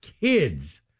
kids